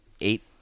eight